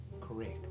Correct